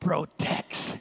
Protects